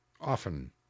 often